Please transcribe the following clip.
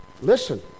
Listen